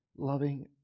Loving